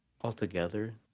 altogether